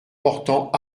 portant